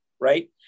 Right